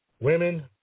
Women